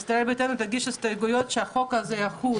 איתן, שהחוק הזה יחול